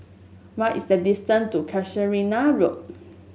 what is the distance to Casuarina Road